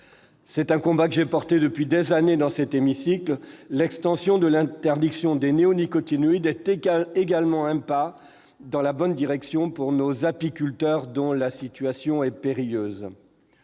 C'est un combat que je soutenais depuis des années dans cet hémicycle. L'extension de l'interdiction des néonicotinoïdes est également un pas dans la bonne direction pour nos apiculteurs, dont la situation est périlleuse.